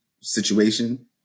situation